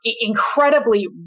incredibly